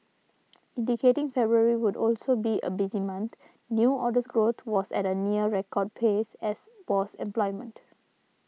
indicating February would also be a busy month new orders growth was at a near record pace as was employment